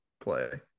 play